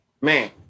Man